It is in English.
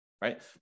Right